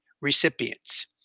recipients